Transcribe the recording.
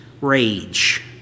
rage